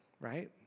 right